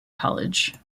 college